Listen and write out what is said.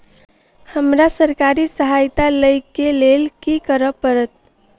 हमरा सरकारी सहायता लई केँ लेल की करऽ पड़त?